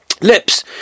Lips